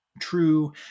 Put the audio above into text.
true